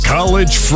College